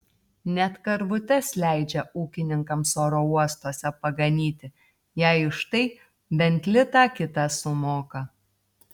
net karvutes leidžia ūkininkams oro uostuose paganyti jei už tai bent litą kitą sumoka